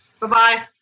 Bye-bye